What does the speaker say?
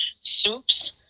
soups